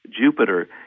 Jupiter